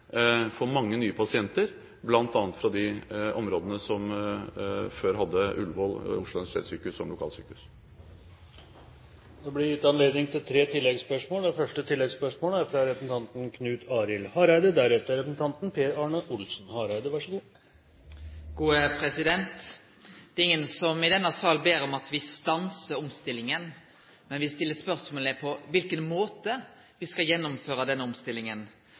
mange nye pasienter bl.a. fra de områdene som før hadde Ullevål, Oslo universitetssykehus, som lokalsykehus. Det blir gitt anledning til tre oppfølgingsspørsmål – først Knut Arild Hareide. Det er ingen i denne salen som ber om at me stansar omstillinga, men me stiller spørsmål ved på kva måte me skal gjennomføre denne omstillinga. Det eg registrerer, er at